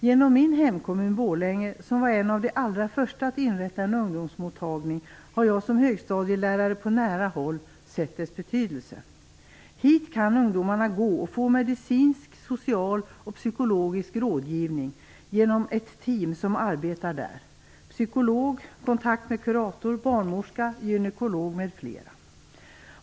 Genom min hemkommun Borlänge, som var en av de allra första att inrätta en ungdomsmottagning, har jag som högstadielärare på nära håll sett dess betydelse. Hit kan ungdomarna gå och få medicinsk, social och psykologisk rådgivning, genom ett team som arbetar där, med psykolog, kontakt med kurator, barnmorska, gynekolog m.fl.